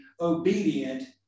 obedient